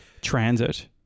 transit